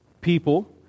people